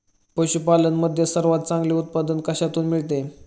पशूपालन मध्ये सर्वात चांगले उत्पादन कशातून मिळते?